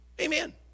Amen